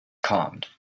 calmed